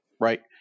right